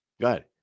Good